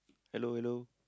hello hello